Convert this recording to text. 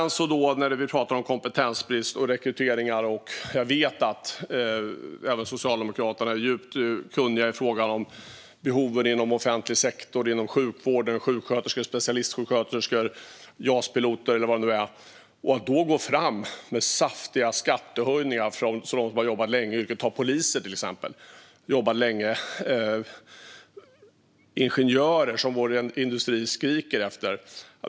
När det gäller kompetensbrist och rekryteringar vet jag att även Socialdemokraterna är djupt kunniga i frågan om behoven inom offentlig sektor och sjukvården. Det gäller sjuksköterskor, specialistsjuksköterskor, Jas-piloter och allt vad det nu är. Ändå går ni fram med saftiga skattehöjningar för dem som har jobbat länge inom sitt yrke, Johanna Haraldsson. Ta till exempel poliser som har jobbat länge - eller ingenjörer, som vår industri skriker efter.